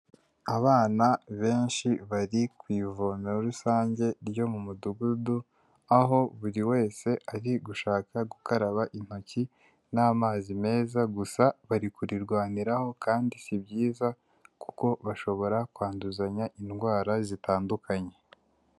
Abana benshi bari ku ivomero rusange ryo mu mudugudu aho buri wese ari gushaka gukaraba intoki n'amazi meza, gusa bari kurirwaniraho kandi si byiza kuko bashobora kwanduzanya indwara zitandukanye.